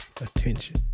attention